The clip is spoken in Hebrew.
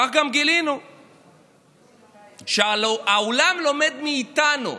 כך גם גילינו שהעולם לומד מאיתנו.